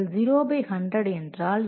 இதில் 0 பை 100 என்றால்